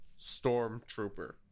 Stormtrooper